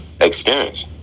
experience